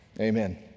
Amen